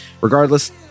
Regardless